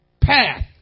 path